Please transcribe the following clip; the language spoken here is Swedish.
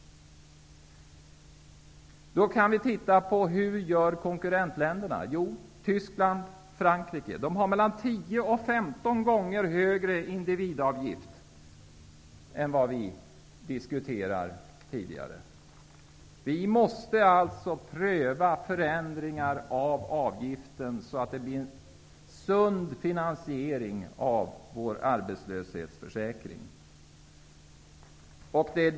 Hur gör man i konkurrentländerna? Jo, i Tyskland och i Frankrike har man 10--15 gånger högre individavgift än vad vi här tidigare har diskuterat. Vi måste alltså pröva förändringar av avgiften så att det blir en sund finansiering av vår arbetslöshetsförsäkring.